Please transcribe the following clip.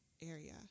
area